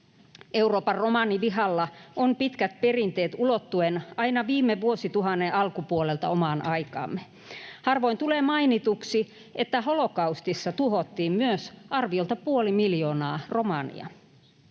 Euroopan romanivihalla on pitkät perinteet ulottuen aina viime vuosituhannen alkupuolelta omaan aikaamme. Harvoin tulee mainituksi, että holokaustissa tuhottiin myös arviolta puoli miljoonaa romania.